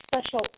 Special